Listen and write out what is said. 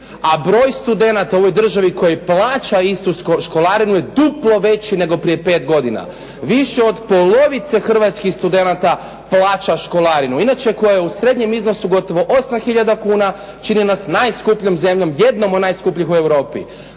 a broj studenata u ovoj državi koji plaća istu školarinu je duplo veći nego prije 5 godina. Više od polovice hrvatskih studenata plaća školarinu. Inače, koja je u srednjem iznosu gotovo 8 tisuća kuna, čini nas najskupljom zemljom, jednom od najskupljih u Europi.